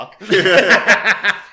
fuck